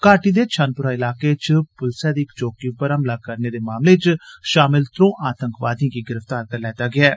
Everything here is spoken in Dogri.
घाटी दे छन्नपोरा इलाके च पुलसा दी इक चौकी उप्पर हमला करने दे मामले च शामिल त्रौं आतंकवादिएं गी गिफ्तार करी लैता गेआ ऐ